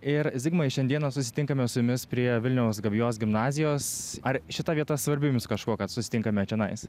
ir zigmai šiandieną susitinkame su jumis prie vilniaus gabijos gimnazijos ar šita vieta svarbi jums kažkuo kad susitinkame čionais